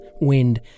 wind